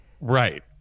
Right